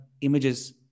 images